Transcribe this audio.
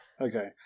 Okay